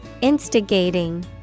Instigating